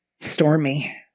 stormy